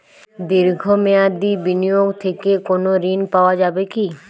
দীর্ঘ মেয়াদি বিনিয়োগ থেকে কোনো ঋন পাওয়া যাবে কী?